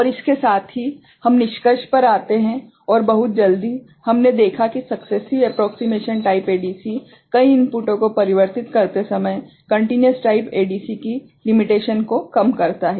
और इसके साथ ही हम निष्कर्ष पर आते हैं और बहुत जल्दी हमने देखा है कि सक्सेसीव एप्रोक्सीमेशन टाइप एडीसी कई इनपुटों को परिवर्तित करते समय कंटिन्युस टाइप एडीसीकी लिमिटेशन को कम करता है